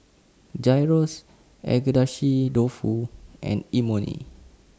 Gyros Agedashi Dofu and Imoni